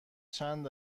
چند